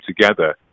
together